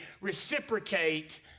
reciprocate